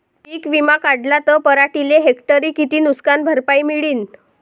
पीक विमा काढला त पराटीले हेक्टरी किती नुकसान भरपाई मिळीनं?